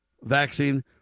vaccine